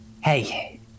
Hey